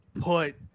put